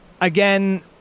Again